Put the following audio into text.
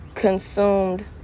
consumed